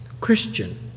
Christian